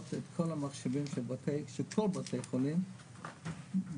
את כל המחשבים של כל בתי החולים לסייבר.